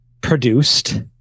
produced